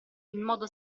modo